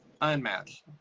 unmatched